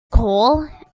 call